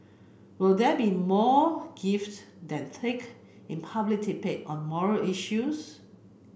will there be more gift than take in a public debate on moral issues